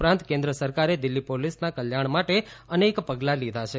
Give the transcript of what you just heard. ઉપરાંત કેન્દ્ર સરકારે દિલ્હી પોલીસના કલ્યાણ માટે અનેક પગલાં લીધાં છે